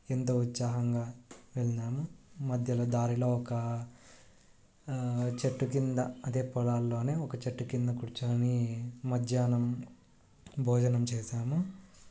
ఎంతో ఉత్సాహంగా వెళ్ళినాము మధ్యలో దారిలో ఒక చెట్టు కింద అదే పొలాల్లోనే ఒక చెట్టు కింద కూర్చోని మధ్యాహ్నం భోజనం చేశాము